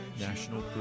National